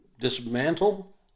dismantle